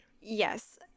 yes